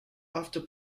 after